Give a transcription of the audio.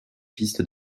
pistes